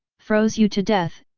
froze you to death,